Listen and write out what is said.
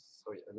Sorry